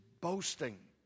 boasting